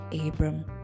Abram